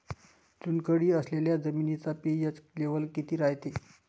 चुनखडी असलेल्या जमिनीचा पी.एच लेव्हल किती रायते?